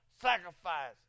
sacrifice